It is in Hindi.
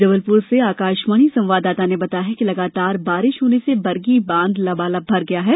जबलपुर से आकाशवाणी संवाददाता ने बताया है कि लगातार बारिश बरगी बांध लबालब भर गया है